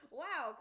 wow